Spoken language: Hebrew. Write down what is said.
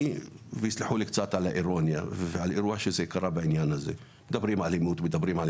תסלחו לי על האירוניה אבל זה מתקשר לנושא האלימות שעליו אנחנו מדברים.